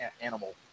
animal